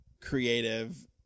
creative